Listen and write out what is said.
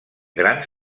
grans